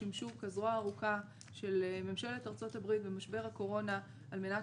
שימשו כזרוע הארוכה של ממשלת ארצות הברית במשבר הקורונה על מנת